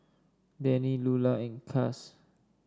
Dannie Lular and Cass